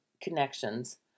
connections